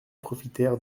profitèrent